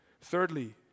Thirdly